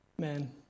Man